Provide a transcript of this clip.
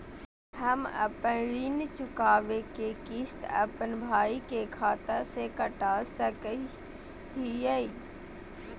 हम अपन ऋण चुकौती के किस्त, अपन भाई के खाता से कटा सकई हियई?